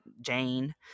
Jane